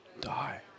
die